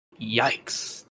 yikes